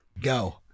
Go